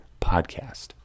podcast